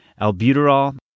albuterol